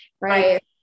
Right